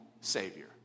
savior